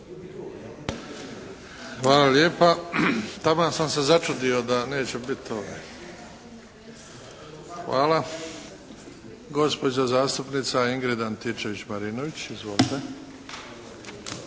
Hvala lijepa. Taman sam se začudio da neće biti. Hvala. Gospođa zastupnica Ingrid Antičević Marinović. Izvolite.